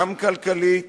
גם כלכלית